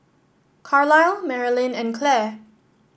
Carlyle Marilynn and Claire